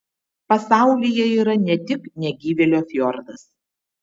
pasaulyje yra ne tik negyvėlio fjordas